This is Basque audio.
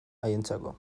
haientzako